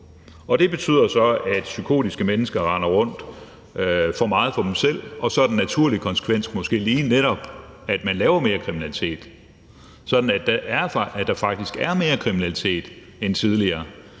at det så betyder, at psykotiske mennesker render for meget rundt for sig selv, og at den naturlige konsekvens måske så lige netop er, at de laver mere kriminalitet, sådan at der faktisk er mere kriminalitet end tidligere,